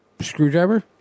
screwdriver